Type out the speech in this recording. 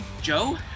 Joe